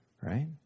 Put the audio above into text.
Right